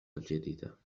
الجديدة